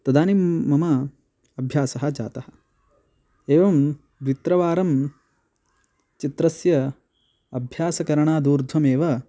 तदानीं मम अभ्यासः जातः एवं द्वित्रिवारं चित्रस्य अभ्यासकरणादूर्ध्वमेव